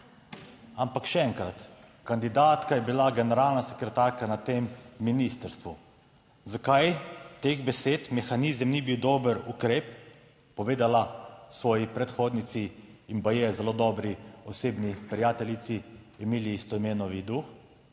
Ampak še enkrat, kandidatka je bila generalna sekretarka na tem ministrstvu. Zakaj teh besed, mehanizem ni bil dober ukrep, povedala svoji predhodnici in baje zelo dobri osebni prijateljici Emiliji Stojmenovi Duh.